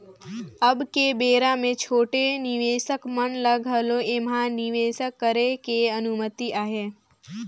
अब के बेरा मे छोटे निवेसक मन ल घलो ऐम्हा निवेसक करे के अनुमति अहे